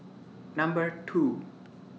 Number two